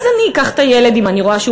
אז אני אקח את הילד אם אני רואה שהוא